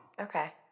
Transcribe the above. Okay